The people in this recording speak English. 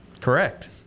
Correct